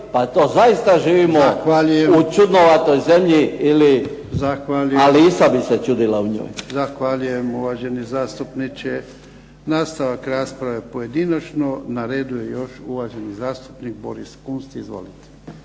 pa to zaista živimo u čudnovatoj zemlji ili Alisa bi se čudila u njoj. **Jarnjak, Ivan (HDZ)** Zahvaljujem uvaženi zastupniče. Nastavak rasprave pojedinačno. Na redu je još uvaženi zastupnik Boris Kunst. Izvolite.